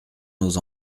nos